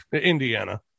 Indiana